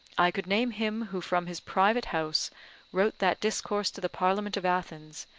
i could name him who from his private house wrote that discourse to the parliament of athens,